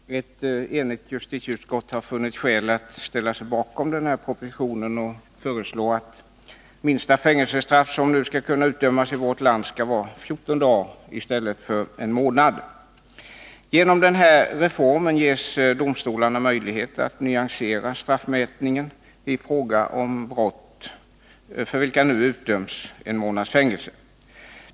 Herr talman! Ett enigt justitieutskott har funnit skäl att ställa sig bakom propositionen och föreslå att det minsta fängelsestraff som skall kunna utdömas i vårt land skall vara 14 dagar i stället för som nu en månad. Genom den här reformen ges domstolarna möjlighet att nyansera straffmätningen i fråga om de brott för vilka nu utdöms en månads fängelse.